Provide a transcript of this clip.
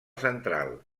central